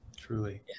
Truly